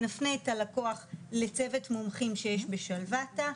נפנה את הלקוח לצוות מומחים שיש בשלוותה.